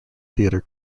theatre